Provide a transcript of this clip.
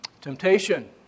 Temptation